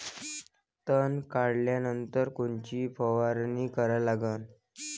तन काढल्यानंतर कोनची फवारणी करा लागन?